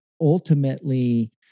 ultimately